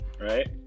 right